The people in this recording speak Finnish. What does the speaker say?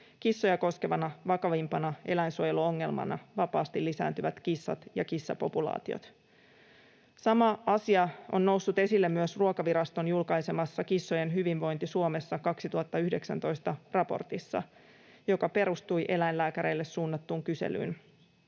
kissoja koskevana vakavimpana eläinsuojeluongelmana vapaasti lisääntyvät kissat ja kissapopulaatiot. Sama asia on noussut esille myös Ruokaviraston julkaisemassa Kissojen hyvinvointi Suomessa 2019 ‑raportissa, joka perustui eläinlääkäreille suunnattuun kyselyyn.